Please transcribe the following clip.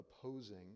opposing